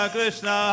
Krishna